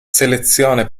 selezione